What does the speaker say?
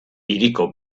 hiriko